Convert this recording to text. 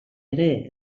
ere